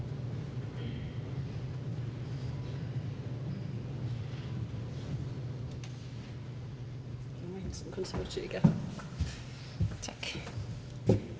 Tak